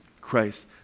Christ